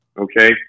okay